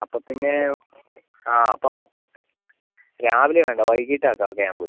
അപ്പോൾ പിന്നെ ആ അപ്പോൾ അപ്പോൾ രാവിലെ വേണ്ട വൈകിട്ട് ആക്കാം ക്യാമ്പ്